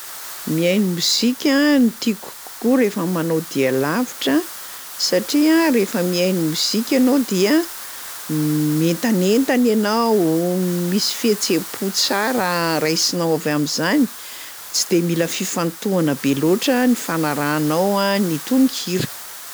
Mihaino mozika no tiako kokoa rehefa manao dia lavitra satria rehefa mihaino mozika ianao dia mientanentana ianao, misy fihetsehampo tsara raisinao avy am'zany, tsy de mila fifantohana be loatra ny fanarahanao a ny tononkira.